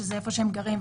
שזה איפה שהם גרים,